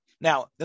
now